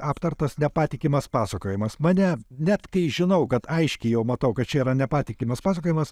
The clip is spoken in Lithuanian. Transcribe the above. aptartas nepatikimas pasakojimas mane net kai žinau kad aiškiai jau matau kad čia yra nepatikimas pasakojimas